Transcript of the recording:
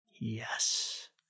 Yes